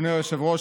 אדוני היושב-ראש,